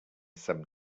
some